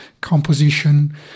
composition